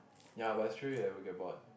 ya but it's true you will ever get bored